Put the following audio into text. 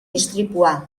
istripua